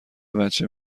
بچه